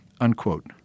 unquote